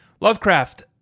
Lovecraft